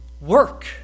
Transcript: work